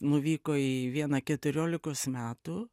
nuvyko į vieną keturiolikos metų